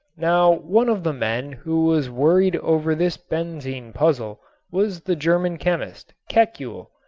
now one of the men who was worried over this benzene puzzle was the german chemist, kekule.